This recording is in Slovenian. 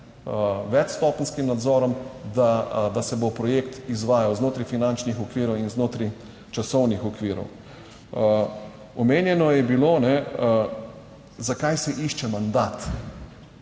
več stopenjskim nadzorom, da se bo projekt izvajal znotraj finančnih okvirov in znotraj časovnih okvirov. Omenjeno je bilo, zakaj se išče mandat